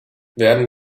werden